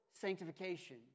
sanctification